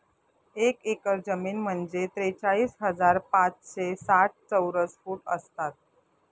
एक एकर जमीन म्हणजे त्रेचाळीस हजार पाचशे साठ चौरस फूट असतात